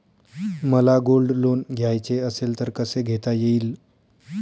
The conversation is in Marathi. मला गोल्ड लोन घ्यायचे असेल तर कसे घेता येईल?